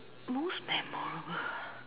most memorable